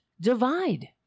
divide